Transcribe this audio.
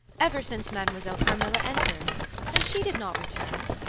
ever since mademoiselle carmilla entered and she did not return.